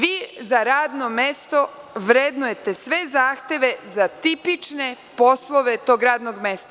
Vi za radno mesto vrednujete sve zahteve za tipične poslove tog radnog mesta.